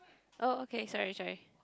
oh okay sorry sorry